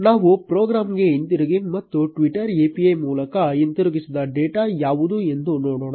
ನಾವು ಪ್ರೋಗ್ರಾಂಗೆ ಹಿಂತಿರುಗಿ ಮತ್ತು ಟ್ವಿಟ್ಟರ್ API ಮೂಲಕ ಹಿಂತಿರುಗಿಸಿದ ಡೇಟಾ ಯಾವುದು ಎಂದು ನೋಡೋಣ